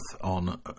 on